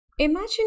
Imagine